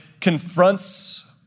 confronts